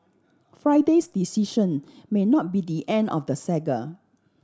Friday's decision may not be the end of the saga